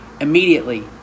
immediately